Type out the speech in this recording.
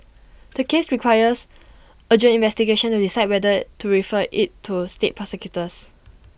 the case requires urgent investigation to decide whether to refer IT to state prosecutors